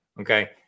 okay